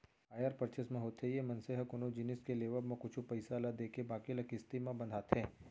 hire purchase म होथे ये मनसे ह कोनो जिनिस के लेवब म कुछ पइसा ल देके बाकी ल किस्ती म बंधाथे